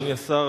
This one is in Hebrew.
אדוני השר,